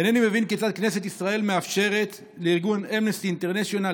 אינני מבין כיצד כנסת ישראל מאפשרת לארגון אמנסטי אינטרנשיונל,